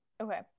Okay